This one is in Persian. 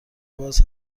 باز